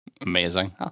Amazing